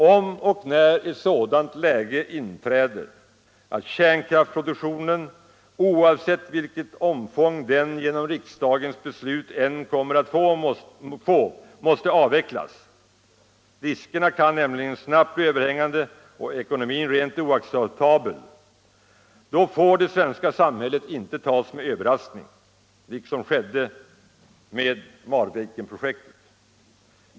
Om och när ett sådant läge inträder att kärnkraftsproduktionen, oavsett vilket omfång den genom riksdagens beslut än kommer att få, måste avvecklas — riskerna kan snabbt bli överhängande och ekonomin rent oacceptabel — får det svenska samhället inte tas med överraskning, så som skedde när det gällde Marvikenprojektet.